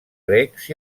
grecs